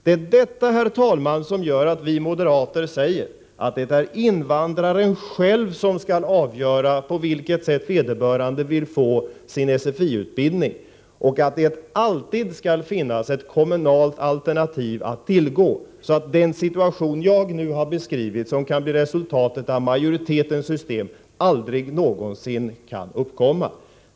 Det är detta, herr talman, som gör att vi moderater menar att det är invandraren själv som skall avgöra på vilket sätt vederbörande skall få sin SFI-utbildning, och att det alltid skall finnas ett kommunalt alternativ att tillgå, så att den situation som jag nu har beskrivit, och som kan bli resultatet av utskottsmajoritetens system, aldrig någonsin kan uppkomma.